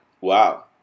Wow